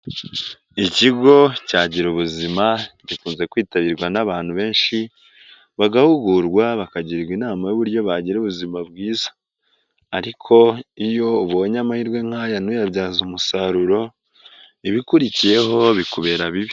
Ikigo cya gira ubuzima gikunze kwitabirwa n'abantu benshi bagahugurwa bakagirwa inama y'uburyo bagira ubuzima bwiza, ariko iyo ubonye amahirwe nk'aya ntuyabyaze umusaruro ibikurikiyeho bikubera bibi.